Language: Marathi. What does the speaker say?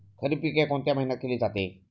खरीप पिके कोणत्या महिन्यात केली जाते?